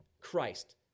Christ